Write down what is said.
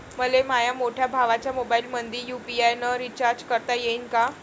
मले माह्या मोठ्या भावाच्या मोबाईलमंदी यू.पी.आय न रिचार्ज करता येईन का?